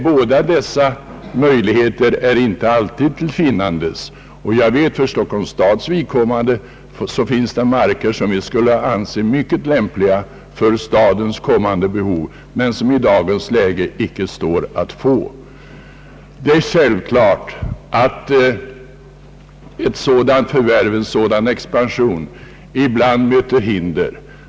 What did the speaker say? Båda dessa möjligheter är inte alltid till finnandes. Det finns marker som vi skulle anse vara mycket lämpliga för Stockholms stads kommande behov men som i dagens läge inte står att få. Det är självklart att ett sådant förvärv och en sådan expansion ibland möter hinder.